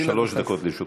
שלוש דקות לרשותך.